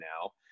now